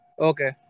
Okay